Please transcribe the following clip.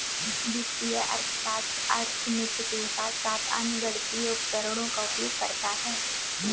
वित्तीय अर्थशास्त्र अर्थमिति के साथ साथ अन्य गणितीय उपकरणों का उपयोग करता है